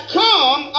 come